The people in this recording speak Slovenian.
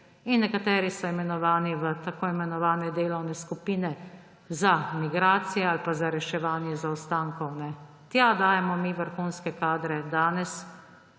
Nekatere so imenovani v tako imenovane delovne skupine za migracije ali pa za reševanje zaostankov. Tja dajemo mi vrhunske kadre danes,